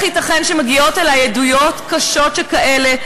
ייתכן שמגיעות אלי עדויות קשות שכאלה,